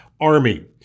Army